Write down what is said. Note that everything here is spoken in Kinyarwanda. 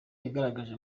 yanagaragaje